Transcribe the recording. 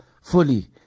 Fully